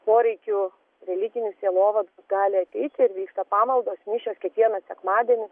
poreikių religinis sielovadas gali ateiti ir vyksta pamaldos mišios kiekvieną sekmadienį